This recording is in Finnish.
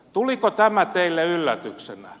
tuliko tämä teille yllätyksenä